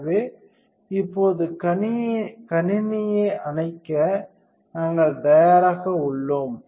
எனவே இப்போது கணினியை அணைக்க நாங்கள் தயாராக உள்ளோம்